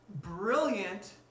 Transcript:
brilliant